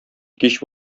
кич